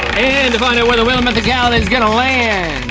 and to find out where the wheel of mythicality's gonna land.